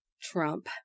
Trump